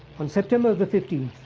on september the fifteenth,